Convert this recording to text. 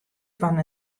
fan